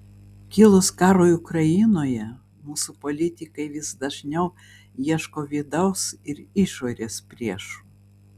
kilus karui ukrainoje mūsų politikai vis dažniau ieško vidaus ir išorės priešų